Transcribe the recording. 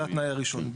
זה התנאי הראשון.